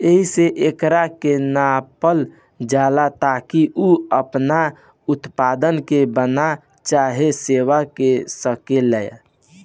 एहिसे एकरा के नापल जाला ताकि उ आपना उत्पाद के बना चाहे सेवा दे सकेला